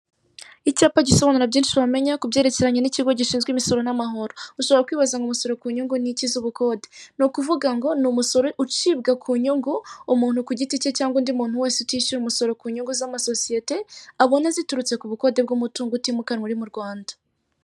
Icyapa gisobanura byinshi wamenya ku byerekeranye n'ikigo gishinzwe imisoro n'amahoro, ushobora kwibaza umusoro ku nyungu nki z'ubukode. Ni ukuvuga ngo ni umuso ucibwa ku nyungu umuntu ku giti cye, cyangwa undi muntu wese utishyuye umusoro ku nyungu z'amasosiyete, abona ziturutse ku bukode bw'umutungo utimukanwa uri mu Rwanda.